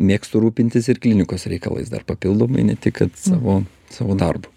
mėgstu rūpintis ir klinikos reikalais dar papildomai ne tik kad savo savo darbu